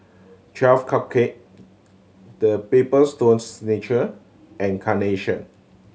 Twelve Cupcake The Papers Stone Signature and Carnation